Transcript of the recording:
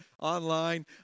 Online